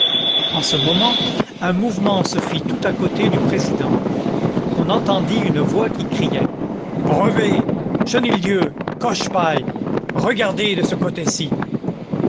en ce moment un mouvement se fit tout à côté du président on entendit une voix qui criait brevet chenildieu cochepaille regardez de ce côté-ci